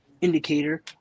indicator